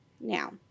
Now